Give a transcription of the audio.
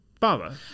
father